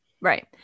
right